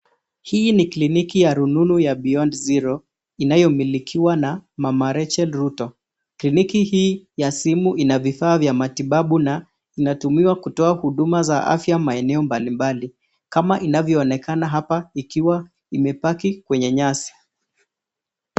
Hii ni kliniki ya rununu ya Beyond Zero inayomilikiwa na mama Rachel Ruto. Kliniki hii ya simu ina vifaa vya matibabu na inatumiwa kutoa huduma za afya maeneo mbalimbali kama inavyoonekana hapa ikiwa imepaki kwenye nyasi.